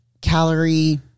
calorie